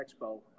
Expo